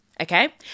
Okay